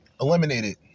Eliminated